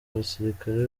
abasirikare